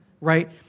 right